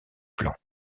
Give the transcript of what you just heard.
plan